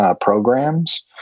programs